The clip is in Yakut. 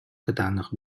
кытаанах